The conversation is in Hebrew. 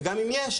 וגם אם יש,